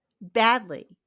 badly